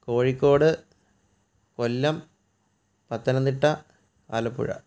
Kozhikode Kollam Pathanamthitta Alappuzha